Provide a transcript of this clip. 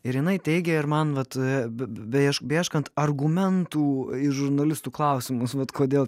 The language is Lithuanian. ir jinai teigė ir man vat beieškant argumentų į žurnalistų klausimus vat kodėl